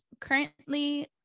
currently